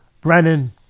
Brennan